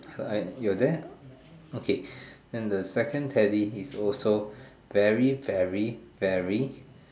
so I you are there okay and the second Teddy is also very very very very